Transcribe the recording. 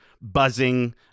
buzzing